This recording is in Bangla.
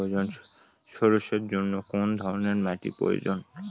সরষের জন্য কোন ধরনের মাটির প্রয়োজন?